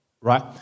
right